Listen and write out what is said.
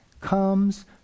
comes